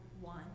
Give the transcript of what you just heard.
one